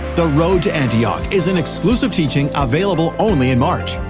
the road to antioch is an exclusive teaching available only in march.